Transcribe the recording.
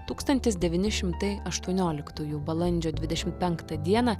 tūkstantis devyni šimtai aštuonioliktųjų balandžio dvidešimt penktą dieną